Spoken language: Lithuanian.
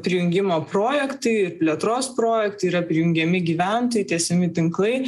prijungimo projektai ir plėtros projektai yra prijungiami gyventojai tiesiami tinklai